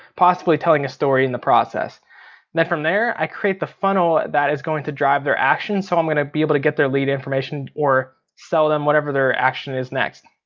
possibly telling a story in the process. and then from there i create the funnel that is going to drive their action, so i'm gonna be able to get their lead information, or sell them whatever their action is next.